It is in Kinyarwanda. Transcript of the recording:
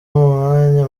umwanya